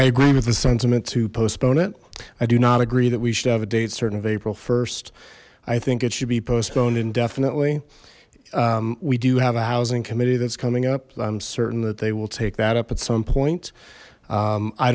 i agree with the sentiment to postpone it i do not agree that we should have a date certain of april st i think it should be postponed indefinitely we do have a housing committee that's coming up i'm certain that they will take that up at some point